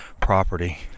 property